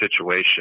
situation